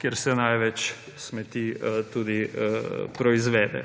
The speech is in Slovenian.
kjer se največ smeti tudi proizvede.